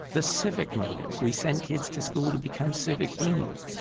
the civic motive. we send kids to school to become civic beings.